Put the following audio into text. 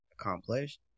accomplished